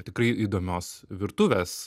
tikrai įdomios virtuvės